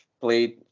played